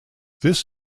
this